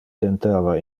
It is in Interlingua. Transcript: tentava